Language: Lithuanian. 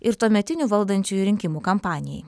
ir tuometinių valdančiųjų rinkimų kampanijai